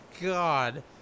god